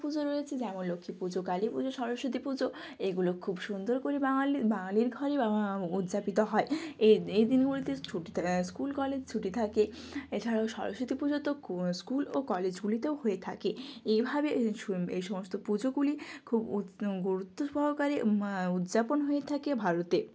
পুজো রয়েছে যেমন লক্ষ্মী পুজো কালীপুজো সরস্বতী পুজো এইগুলি খুব সুন্দর করে বাঙালি বাঙালি ঘরে উদযাপিত হয় এই এই দিনগুলিতে ছুটি থা স্কুল কলেজ ছুটি থাকে এছাড়াও সরস্বতী পুজো তো কু স্কুল ও কলেজগুলিতেও হয়ে থাকে এইভাবে এই সমস্ত পুজোগুলি খুব গুরুত্ব সহকারে উদযাপন হয়ে থাকে ভারতে